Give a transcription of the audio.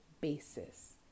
basis